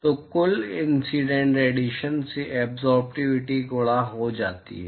तो कुल incident radiation से एब्ज़ोर्बटिविटी गुणा हो जाती है